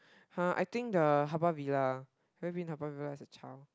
!huh! I think the Haw-Par-Villa have you been Haw-Par-Villa as a child